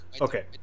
okay